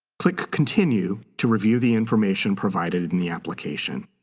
click continue to review the information provided in the application.